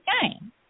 game